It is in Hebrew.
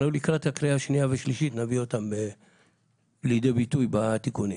אנחנו לקראת הקריאה השנייה והשלישית נביא אותם לידי ביטוי בתיקונים.